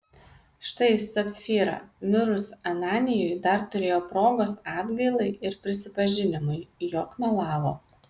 štai sapfyra mirus ananijui dar turėjo progos atgailai ir prisipažinimui jog melavo